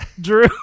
Drew